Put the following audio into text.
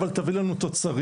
אבל תביא לנו תוצרים.